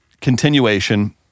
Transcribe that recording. continuation